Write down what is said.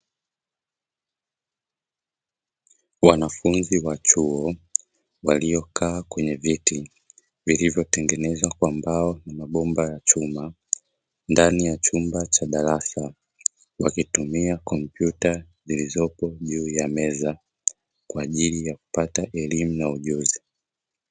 Wanafunzi wa chuo waliokaa kwenye viti vilivyotengenezwa kwa mbao na mabomba ya chuma ndani ya chumba cha darasa. wakitumia kompyuta zilizopo juu ya meza kwa ajili ya kupata elimu ya ujuzi.